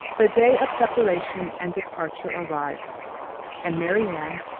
the day of separation and departure arrived and marianne,